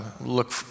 look